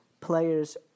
players